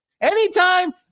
Anytime